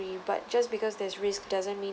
but just because there's risk doesn't mean